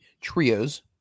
trios